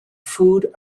food